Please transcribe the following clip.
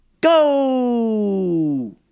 go